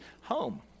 home